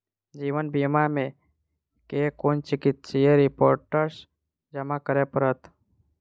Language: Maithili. जीवन बीमा मे केँ कुन चिकित्सीय रिपोर्टस जमा करै पड़त?